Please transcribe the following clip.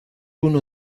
uno